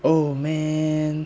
oh man